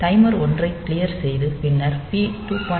timer 1 ஐ clear செய்து பின்னர் பி 2